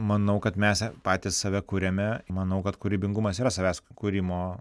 manau kad mes patys save kuriame manau kad kūrybingumas yra savęs kūrimo